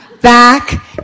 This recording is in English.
Back